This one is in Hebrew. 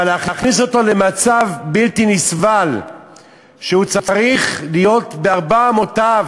אבל להכניס אותו למצב בלתי נסבל שהוא צריך להיות בארבע אמותיו